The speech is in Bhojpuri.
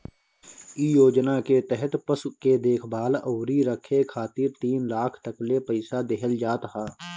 इ योजना के तहत पशु के देखभाल अउरी रखे खातिर तीन लाख तकले पईसा देहल जात ह